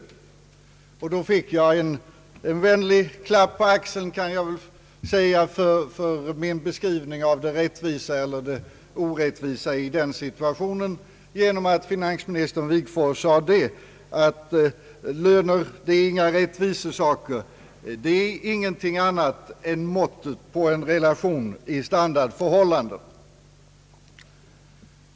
Jag fick en vänlig klapp på axeln för min beskrivning av det rättvisa eller orättvisa i den situationen genom finansminister Wigforss” svar: Löner är ingen rättvisesak, det är ingenting annat än måttet på en relation i standardförhållandet.